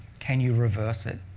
can you reverse it?